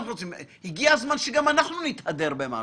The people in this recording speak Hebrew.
הגיע הזמן שגם אנחנו נתהדר במשהו.